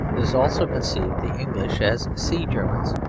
this also conceived the english as sea-germans.